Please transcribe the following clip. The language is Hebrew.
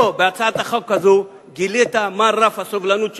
פה, בהצעת החוק הזאת, גילית מה רף הסובלנות שלך,